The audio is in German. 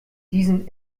diesen